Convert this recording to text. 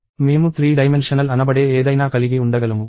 మేము 3 డైమెన్షనల్ అనబడే ఏదైనా కలిగి ఉండగలము